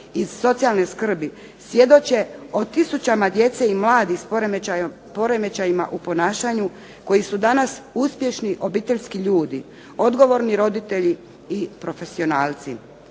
iz socijalne skrbi, svjedoče o tisućama djece i mladih s poremećajima u ponašanju koji su danas uspješni obiteljski ljudi, odgovorni roditelji i profesionalci.